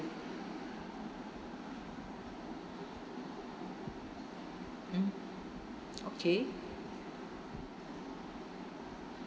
mm okay